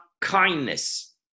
kindness